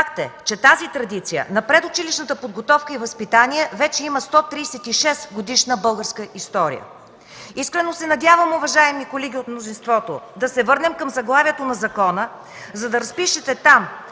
традиция на предучилищната подготовка и възпитание вече има 136-годишна българска история. Искрено се надявам, уважаеми колеги от мнозинството, да се върнем към заглавието на закона, за да разпишете там